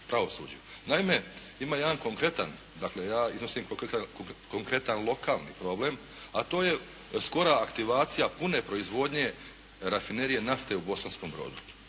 Naime, ima jedan konkretan, dakle ja iznosim konkretan lokalni problem, a to je skora aktivacija pune proizvodnje rafinerije nafte u Bosanskom Brodu.